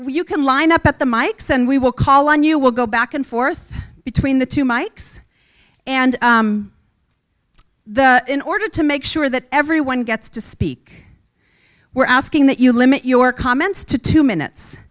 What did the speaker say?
you can line up at the mikes and we will call on you will go back and forth between the two mikes and in order to make sure that everyone gets to speak we're asking that you limit your comments to two minutes